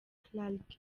clarke